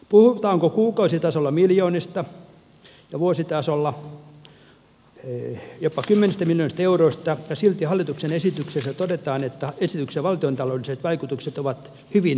puhutaanko kuukausitasolla miljoonista ja vuositasolla jopa kymmenistä miljoonista euroista ja silti hallituksen esityksessä todetaan että esityksen valtiontaloudelliset vaikutukset ovat hyvin vähäiset